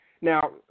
Now